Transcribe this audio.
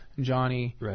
Johnny